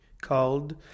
called